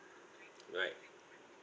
right